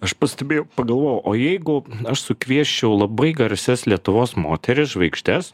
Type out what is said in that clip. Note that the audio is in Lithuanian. aš pastebėjau pagalvoju o jeigu aš sukviesčiau labai garsias lietuvos moteris žvaigždes